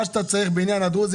מה שאתה צריך בעניין הדרוזים,